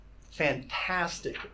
fantastic